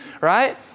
right